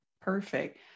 Perfect